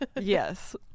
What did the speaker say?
Yes